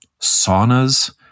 saunas